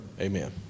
Amen